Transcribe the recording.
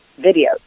videos